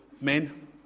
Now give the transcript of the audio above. men